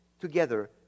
together